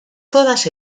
todas